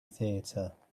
theater